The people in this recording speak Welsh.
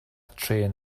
trên